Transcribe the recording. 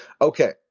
Okay